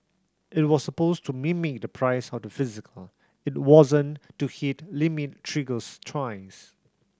it was supposed to mimic the price of the physical it wasn't to hit limit triggers twice